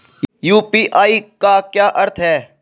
UPI का क्या अर्थ है?